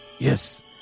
Yes